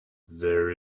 there